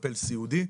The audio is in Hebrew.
מטפל סיעודי.